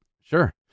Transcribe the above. Sure